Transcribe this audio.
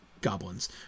goblins